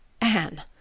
Anne